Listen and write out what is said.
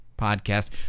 podcast